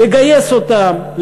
לגייס אותם,